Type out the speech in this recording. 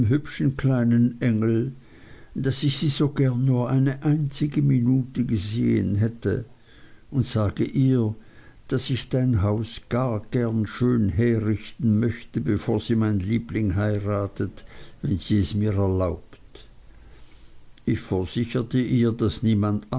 hübschen kleinen engel daß ich sie so gern nur eine einzige minute gesehen hätte und sage ihr daß ich dein haus gar so gern schön herrichten möchte bevor sie mein liebling heiratet wenn sie es mir erlaubt ich versicherte ihr daß niemand